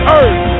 earth